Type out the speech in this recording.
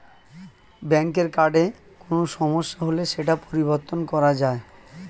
ব্যাঙ্কের কার্ডে কোনো সমস্যা হলে সেটা পরিবর্তন করা যায়